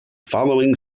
following